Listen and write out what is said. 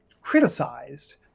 criticized